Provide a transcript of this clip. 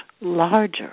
larger